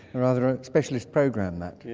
rather a specialist programme that. yes.